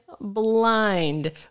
blind